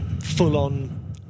full-on